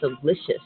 delicious